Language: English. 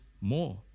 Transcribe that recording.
more